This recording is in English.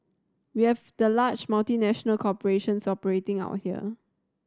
we have the large multinational corporations operating out here